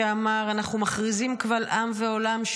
שאמר: אנחנו מכריזים קבל עם ועולם,